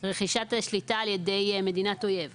רכישת השליטה על ידי מדינת אויב,